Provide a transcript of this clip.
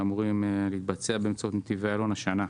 שאמורים להתבצע באמצעות נתיבי איילון השנה.